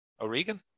O'Regan